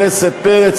חבר הכנסת פרץ,